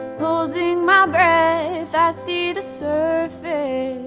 holding my breath i see the surface